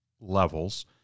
levels